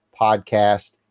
Podcast